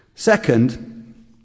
Second